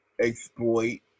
exploit